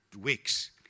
weeks